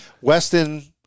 Weston